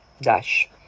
dash